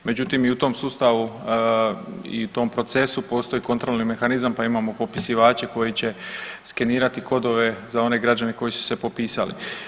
Međutim i u tom sustavu i tom procesu postoji kontrolni mehanizam pa imamo popisivače koji će skenirati kodove za one građane koji su se popisali.